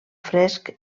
fresc